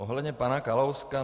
Ohledně pana Kalouska.